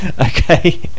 okay